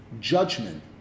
judgment